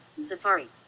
Safari